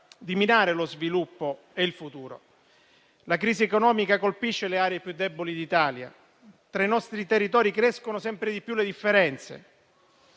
di minare lo sviluppo e il futuro. La crisi economica colpisce le aree più deboli d'Italia. Tra i nostri territori crescono sempre di più le differenze.